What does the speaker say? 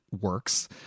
works